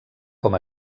com